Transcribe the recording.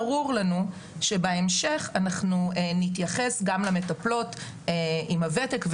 ברור לנו שבהמשך אנחנו נתייחס גם למטפלות עם הותק,